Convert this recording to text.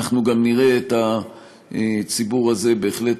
אנחנו גם נראה את הציבור הזה בהחלט